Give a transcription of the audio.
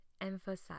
emphasize